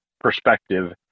perspective